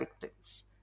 victims